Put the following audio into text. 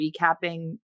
recapping